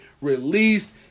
released